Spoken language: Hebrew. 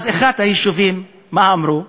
אז אחד היישובים, מה אמרו?